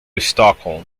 stockholm